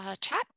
chat